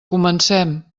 comencem